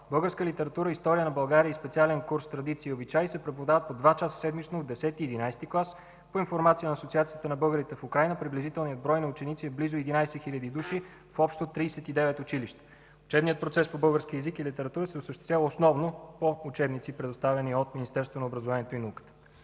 Българска литература и история на България, и специален курс по традиции и обичаи се преподават по два часа седмично в десети и единадесети клас. По информация на Асоциацията на българите в Украйна приблизителният брой ученици е близо 11 хил. души в общо 39 училища. Учебният процес по български език и литература се осъществява основно по учебници, предоставени от Министерството на образованието и науката.